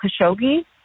Khashoggi